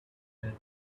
bed